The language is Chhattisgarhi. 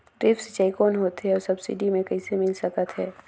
ड्रिप सिंचाई कौन होथे अउ सब्सिडी मे कइसे मिल सकत हे?